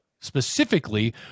specifically